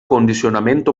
condicionament